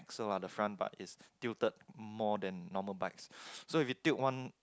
so lah the front part is tilted more than normal bikes so if you tilt one